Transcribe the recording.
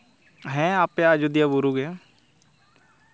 ᱦᱮᱸ ᱟᱯᱮ ᱟᱡᱳᱫᱤᱭᱟᱹ ᱵᱩᱨᱩ ᱜᱮ